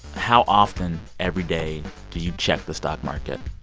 how often every day do you check the stock market?